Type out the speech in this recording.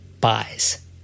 buys